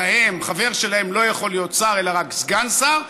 שלהם לא יכול להיות שר אלא רק סגן שר,